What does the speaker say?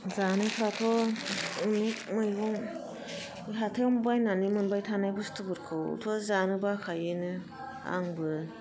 जानायफ्राथ' मैगं हाथाइयाव बायनानै मोनबाय थानाय बुस्थुफोरखौथ' जानो बाखायोनो आंबो